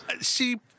See